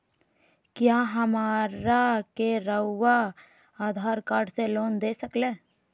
क्या हमरा के रहुआ आधार कार्ड से लोन दे सकेला?